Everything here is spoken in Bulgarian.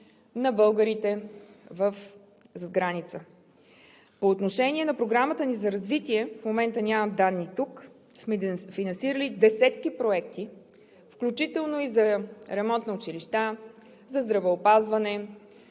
на българите зад граница. По отношение на Програмата ни за развитие – в момента нямам данни тук, сме финансирали десетки проекти, включително и за ремонт на училища, за здравеопазване,